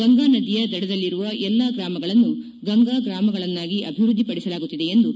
ಗಂಗಾ ನದಿಯ ದಡದಲ್ಲಿರುವ ಎಲ್ಲ ಗ್ರಾಮಗಳನ್ನು ಗಂಗಾ ಗ್ರಾಮಗಳನ್ನಾಗಿ ಅಭಿವ್ಯದ್ಧಿಪಡಿಸಲಾಗುತ್ತಿದೆ ಎಂದರು